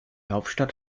hauptstadt